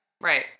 Right